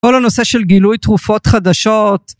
כל הנושא של גילוי תרופות חדשות.